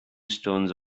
stones